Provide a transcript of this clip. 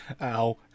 Ow